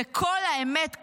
וקול האמת,